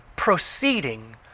proceeding